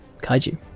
kaiju